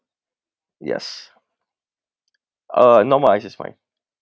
yes uh normal ice is fine